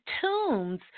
tombs